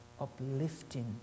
uplifting